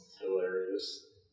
Hilarious